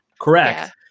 Correct